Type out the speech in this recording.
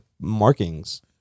markings